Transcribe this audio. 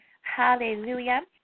Hallelujah